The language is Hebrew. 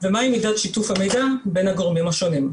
ומהי מידת שיתוף המידע בין הגורמים השונים.